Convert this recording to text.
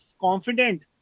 confident